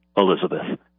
Elizabeth